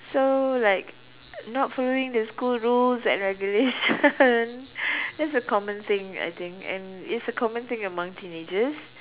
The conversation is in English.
so like not following the school rules and regulation it's a common thing I think and it's a common thing among teenagers